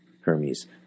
Hermes